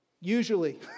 usually